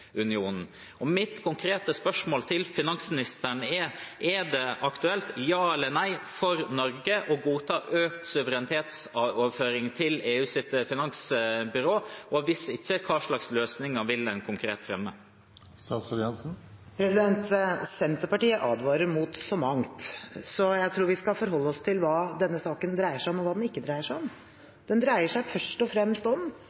Mitt konkrete spørsmål til finansministeren er: Er det aktuelt – ja eller nei – for Norge å godta økt suverenitetsoverføring til EUs finanstilsyn? Og hvis ikke: Hvilke løsninger vil en konkret fremme? Senterpartiet advarer mot så mangt, så jeg tror vi skal forholde oss til hva denne saken dreier seg om, og hva den ikke dreier seg om. Den dreier seg først og fremst om